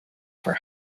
for